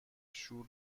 شور